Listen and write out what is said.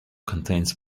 contains